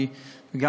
גם